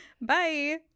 Bye